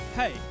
Hey